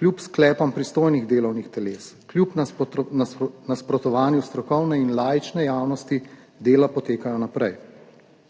kljub sklepom pristojnih delovnih teles, kljub nasprotovanju strokovne in laične javnosti dela potekajo naprej.